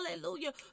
Hallelujah